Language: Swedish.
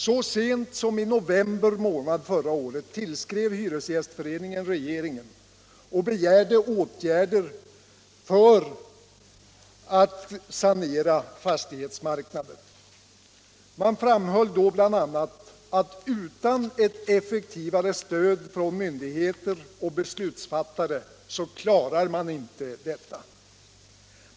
Så sent som i november månad förra året tillskrev hyresgästföreningen regeringen och begärde åtgärder för sanering av fastighetsmarknaden. Man framhöll då bl.a. att utan ett effektivare stöd från myndigheter och beslutsfattare klarar man inte detta.